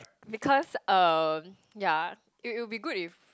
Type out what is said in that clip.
because uh yeah it it will be good if